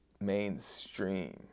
mainstream